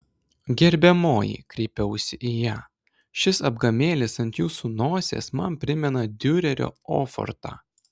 gerbiamoji kreipiausi į ją šis apgamėlis ant jūsų nosies man primena diurerio ofortą